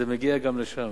זה מגיע גם לשם.